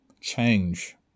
change